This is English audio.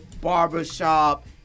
barbershop